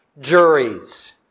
juries